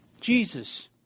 Jesus